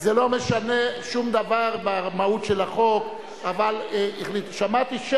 זה לא משנה שום דבר מהמהות של החוק, אבל, שמעתי.